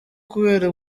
kubera